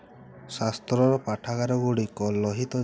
ଦୟାକରି repeat call on କର